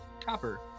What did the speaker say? copper